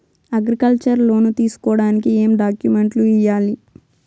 Agriculture loan తీసుకోడానికి ఏం డాక్యుమెంట్లు ఇయ్యాలి?